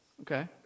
Okay